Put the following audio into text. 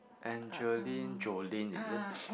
Angeline Jolin is it